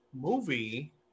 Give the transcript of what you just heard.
movie